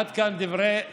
עד כאן דברי טעם.